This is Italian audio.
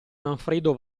manfredo